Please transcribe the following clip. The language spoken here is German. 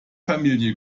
familie